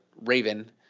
Raven